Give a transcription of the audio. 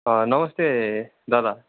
नमस्ते दादा